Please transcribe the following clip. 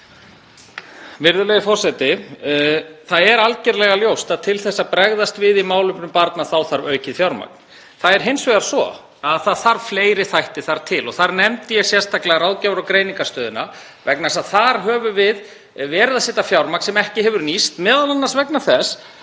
Virðulegi forseti. Það er algjörlega ljóst að til þess að bregðast við í málefnum barna þá þarf aukið fjármagn. Það er hins vegar svo að það þarf fleiri þætti þar til. Þar nefndi ég sérstaklega Ráðgjafar- og greiningarstöðina vegna þess að þar höfum við verið að setja fjármagn sem ekki hefur nýst, m.a. vegna þess að